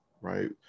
right